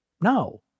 No